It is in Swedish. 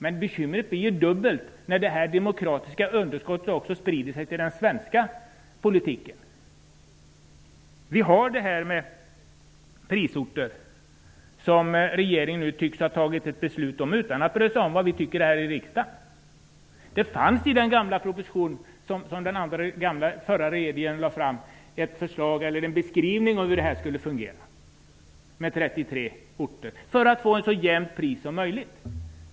Men bekymret blir dubbelt när det demokratiska underskottet också sprider sig till den svenska politiken. Regeringen tycks ha fattat ett beslut om prisorter utan att bry sig om vad vi tycker här i riksdagen. Det fanns i den proposition som den tidigare regeringen lade fram en beskrivning av hur det skulle fungera med 33 orter. Det var för att få ett så jämnt pris som möjligt.